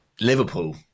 Liverpool